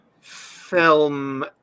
film